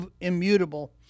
immutable